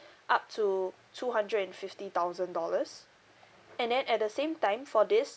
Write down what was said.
up to two hundred and fifty thousand dollars and then at the same time for this